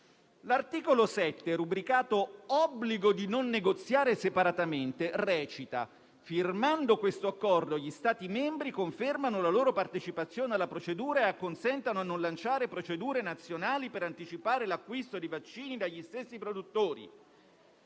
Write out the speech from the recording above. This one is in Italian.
L'articolo 7, rubricato «Obbligo di non negoziare separatamente», recita: «Firmando questo accordo gli Stati membri confermano la loro partecipazione alla procedura e acconsentono a non lanciare procedure nazionali per anticipare l'acquisto di vaccini dagli stessi produttori».